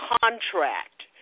contract